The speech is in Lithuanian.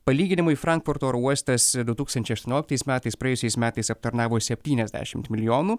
palyginimui frankfurto oro uostas du tūkstančiai aštuonioliktais metais praėjusiais metais aptarnavo septyniasdešimt milijonų